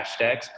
hashtags